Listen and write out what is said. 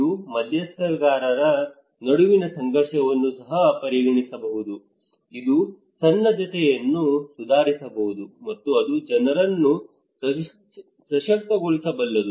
ಇದು ಮಧ್ಯಸ್ಥಗಾರರ ನಡುವಿನ ಸಂಘರ್ಷವನ್ನು ಸಹ ಪರಿಹರಿಸಬಹುದು ಇದು ಸನ್ನದ್ಧತೆಯನ್ನು ಸುಧಾರಿಸಬಹುದು ಮತ್ತು ಅದು ಜನರನ್ನು ಸಶಕ್ತಗೊಳಿಸಬಲ್ಲದು